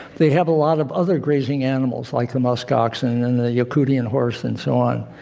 they have a lot of other grazing animals like the musk oxen and the yakutian horse and so on.